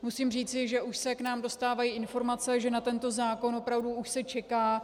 Musím říci, že už se k nám dostávají informace, že na tento zákon se už opravdu čeká.